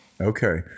Okay